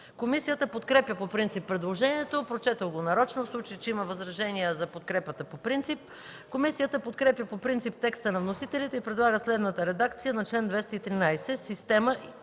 Комисията подкрепя предложението по принцип. Прочетох го нарочно, в случай че има възражения за подкрепата по принцип. Комисията подкрепя по принцип текста на вносителите и предлага следната редакция на чл. 213: